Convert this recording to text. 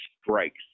strikes